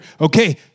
Okay